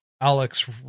Alex